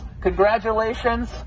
Congratulations